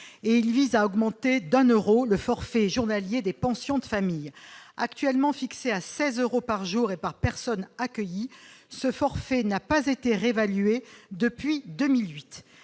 et il vise à augmenter d'un Euro le forfait journalier des pensions de famille, actuellement fixé à 16 euros par jour et par personne accueillie ce forfait n'a pas été réévalué depuis 2008,